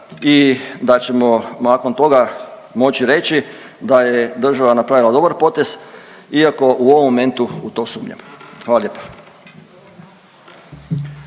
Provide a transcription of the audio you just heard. i da ćemo nakon toga moći reći da je država napravila dobar potez iako u ovom momentu u to sumnjam. Hvala lijepa.